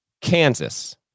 Kansas